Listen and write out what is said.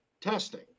testing